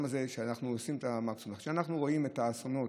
הזה ושאנחנו עושים את המקסימום כשאנחנו רואים את האסונות,